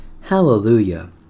Hallelujah